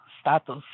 status